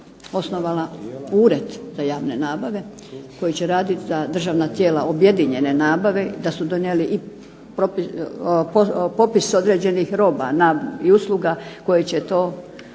osnovala Ured za javne nabave koji će radit za državna tijela objedinjene nabave, da su donijeli i popis određenih roba i usluga koje će to